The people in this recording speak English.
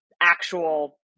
actual